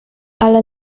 ale